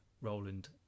Roland